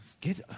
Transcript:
Get